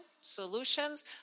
solutions